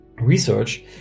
research